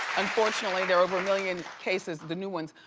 unfortunately, there are over a million cases, the new ones,